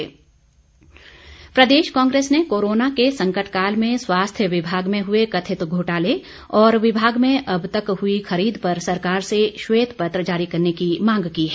राठौर प्रदेश कांग्रेस ने कोरोना के संकटकाल में स्वास्थ्य विभाग में हुए कथित घोटाले और विभाग में अब तक हुई खरीद पर सरकार से श्वेत पत्र जारी करने की मांग की है